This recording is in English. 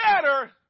better